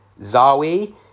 Zawi